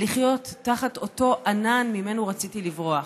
ולחיות תחת אותו ענן שממנו רציתי לברוח.